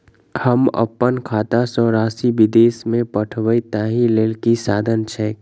हम अप्पन खाता सँ राशि विदेश मे पठवै ताहि लेल की साधन छैक?